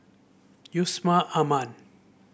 Yusman Aman